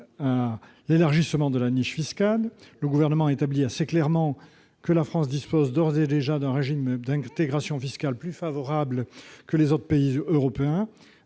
l'élargissement de la niche fiscale. Le Gouvernement établit assez clairement que la France dispose d'ores et déjà d'un régime d'intégration fiscale plus favorable que les autres pays européens.